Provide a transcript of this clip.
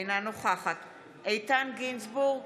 אינה נוכחת איתן גינזבורג,